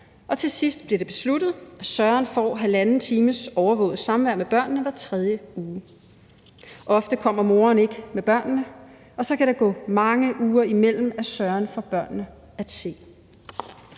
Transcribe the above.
til sidst bliver det besluttet, at Søren får halvanden times overvåget samvær med børnene hver tredje uge. Ofte kommer moren ikke med børnene, og så kan der gå mange uger, imellem at Søren får børnene at se.